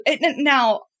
now